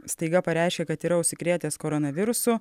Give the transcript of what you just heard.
staiga pareiškė kad yra užsikrėtęs koronavirusu